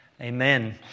Amen